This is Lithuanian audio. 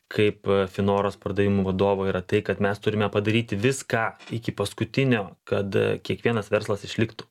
kaip finoras pardavimų vadovo yra tai kad mes turime padaryti viską iki paskutinio kad kiekvienas verslas išliktų